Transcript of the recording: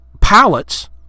pallets